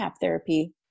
therapy